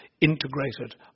integrated